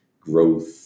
growth